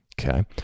Okay